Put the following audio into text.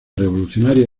revolucionaria